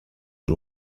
and